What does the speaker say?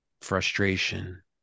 frustration